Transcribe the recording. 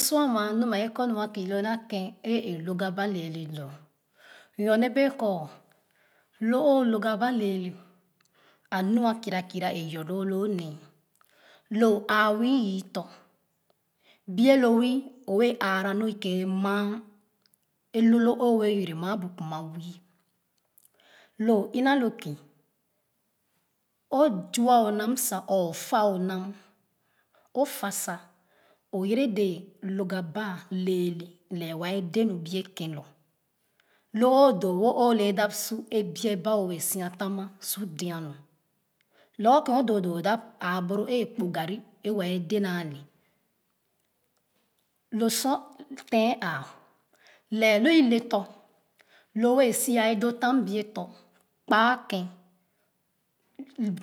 Lo sor ama nu mɛ kɔ nu a kii loo na ken a a gaba lɛɛlɛ doo nyone bee kɔ lo oo log gaba lɛɛlɛ a ma kira kira bee a yɔɔloo loo nee lo o aa wii yii tɔ bie lo wii owɛɛ aara nu i wɛɛ kɛrɛ maa e lorloe o bee yere maa bu kima wii lo o ina lo ken o zua o nam sa or fa o nam o fa sa yere dee loy gaba lɛɛrɛ lɛh wɛɛ de nu bie ken lor lo oo doo wo o le da si a biɛ ba o bee sia tam su dee nu lorgor ken o doo doo oda aa boro e kpo garri e wɛɛ de naa le lo sor te'n aa lɛ lo tɔ̄ kpaa ken